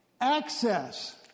access